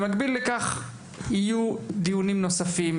במקביל לכך יהיו דיונים נוספים,